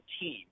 team